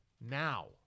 now